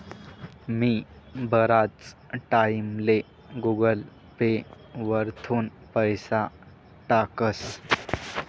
मी बराच टाईमले Google pay वरथून पैसा टाकस